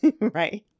right